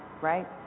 right